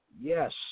Yes